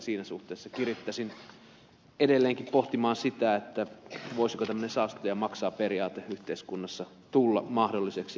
siinä suhteessa kirittäisin edelleenkin pohtimaan sitä voisiko tämmöinen saastuttaja maksaa periaate yhteiskunnassa tulla mahdolliseksi